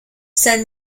san